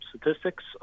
statistics